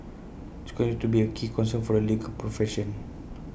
continues to be A key concern for the legal profession